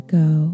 go